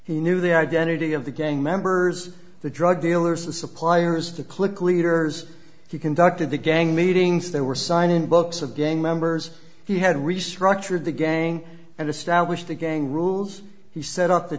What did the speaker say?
he knew the identity of the gang members the drug dealers the suppliers to click leaders he conducted the gang meetings they were signing books of gang members he had restructured the gang and established the gang rules he set up the